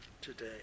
today